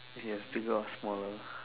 yes bigger or smaller